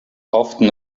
often